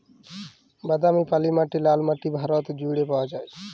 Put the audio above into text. বাদামি, পলি মাটি, ললা মাটি ভারত জুইড়ে পাউয়া যায়